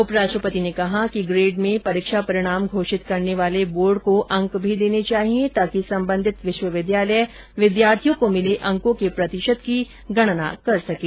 उप राष्ट्रपति ने कहा कि ग्रेड में परीक्षा परिणाम घोषित करने वाले बोर्ड को अंक भी देने चाहिए ताकि संबंधित विश्वविद्यालय विद्यार्थियों को मिले अंकों के प्रतिशत की गणना कर सकें